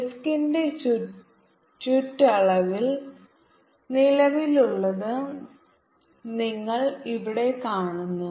ഡിസ്കിന്റെ ചുറ്റളവിൽ നിലവിലുള്ളത് നിങ്ങൾ ഇവിടെ കാണുന്നു